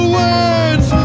words